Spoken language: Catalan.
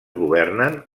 governen